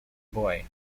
boy